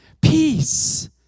peace